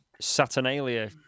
Saturnalia